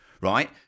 right